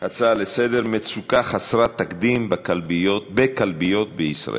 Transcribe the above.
הצעות לסדר-היום בנושא: מצוקה חסרת תקדים בכלביות בישראל,